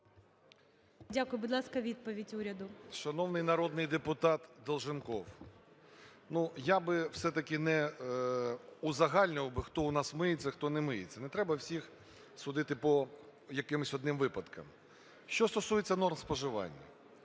Дякую. Будь ласка, відповідь уряду. 10:33:41 РЕВА А.О. Шановний народний депутат Долженков, ну, я би все-таки не узагальнював би, хто у нас миється, хто не миється. Не треба всіх судити по якимось одним випадкам. Що стосується норм споживання.